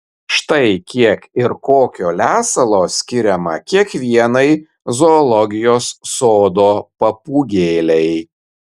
štai kiek ir kokio lesalo skiriama kiekvienai zoologijos sodo papūgėlei